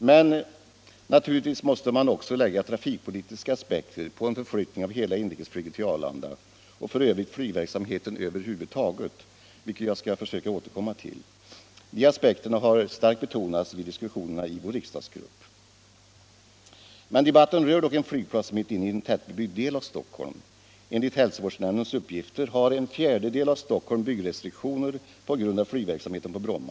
Men naturligtvis måste man också lägga trafikpolitiska aspekter på en förflyttning av hela inrikesflyget till Arlanda, och för övrigt Nygverksamheten över huvud taget, vilket jag skall försöka återkomma till. De aspekterna har nämligen betonats starkt vid diskussionerna i vår riksdagsgrupp. Debatten rör dock en flygplats mitt inne i en tättbebyggd del av Stockholm. Enligt hälsovårdsnämndens uppgifter har en fjärdedel av Stockholm byggrestriktioner på grund av flygverksamheten på Bromma.